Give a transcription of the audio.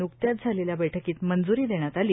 न्कत्याच झालेल्या बैठकीत मंजूरी देण्यात आली